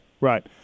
right